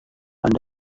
anda